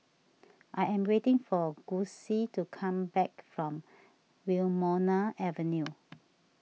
I am waiting for Gussie to come back from Wilmonar Avenue